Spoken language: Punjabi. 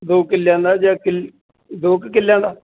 ਦੋ ਕਿੱਲਿਆਂ ਦਾ ਜਾਂ ਕਿਲ ਦੋ ਕੁ ਕਿੱਲਿਆਂ ਦਾ